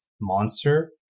monster